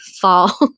fall